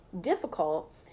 difficult